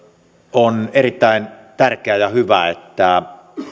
on erittäin tärkeä ja hyvä että